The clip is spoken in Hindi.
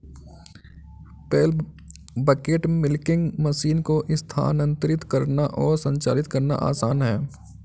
पेल बकेट मिल्किंग मशीन को स्थानांतरित करना और संचालित करना आसान है